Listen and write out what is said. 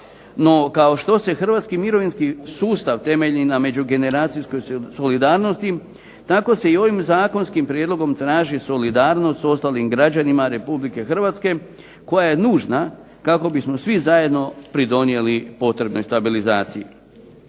kao što se hrvatski mirovinski sustav temelji na međugeneracijskoj solidarnosti tako se i ovim zakonskim prijedlogom traži solidarnost s ostalim građanima Republike Hrvatske koja je nužna kako bismo svi zajedno pridonijeli potrebnoj stabilizaciji.